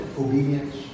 Obedience